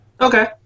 Okay